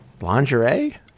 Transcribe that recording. Lingerie